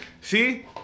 See